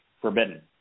forbidden